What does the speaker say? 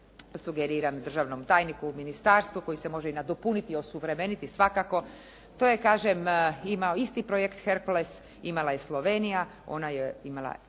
sugeriram državnom tajniku u ministarstvu koji se može i nadopuniti i osuvremeniti svakako. To je kažem imao isti projekt "Herkules" imala je Slovenija, ona je imala